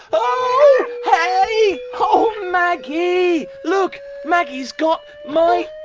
oh, hey! oh, maggie! look, maggie's got my